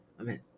Amen